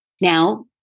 Now